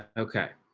okay.